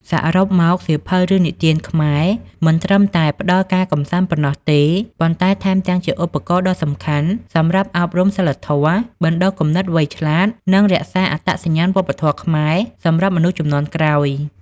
សរុបមក សៀវភៅរឿងនិទានខ្មែរ មិនត្រឹមតែផ្ដល់ការកម្សាន្តប៉ុណ្ណោះទេ ប៉ុន្តែថែមទាំងជាឧបករណ៍ដ៏សំខាន់សម្រាប់ អប់រំសីលធម៌ បណ្ដុះគំនិតវៃឆ្លាត និង រក្សាអត្តសញ្ញាណវប្បធម៌ខ្មែរ សម្រាប់មនុស្សជំនាន់ក្រោយ។